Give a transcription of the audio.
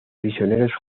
prisioneros